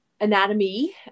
anatomy